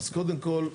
אז קודם כל,